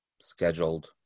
scheduled